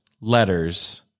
letters